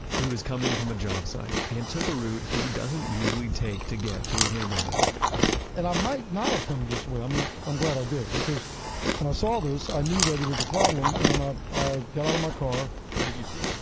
he was coming from a job site and took a route he doesn't usually take to get to his neighborhood and i might not have come this way. i mean i'm glad i did because when i saw this, i knew that it was a problem and ah i got out of my car what did you see?